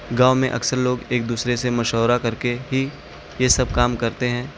گاؤں میں اکثر لوگ ایک دوسرے سے مشورہ کر کے ہی یہ سب کام کرتے ہیں